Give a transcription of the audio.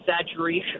Exaggeration